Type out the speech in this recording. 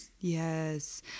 Yes